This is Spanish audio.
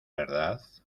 verdad